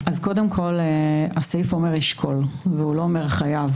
אז קודם כל הסעיף אומר "ישקול" והוא לא אומר "חייב".